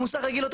המוסך יגיד לו,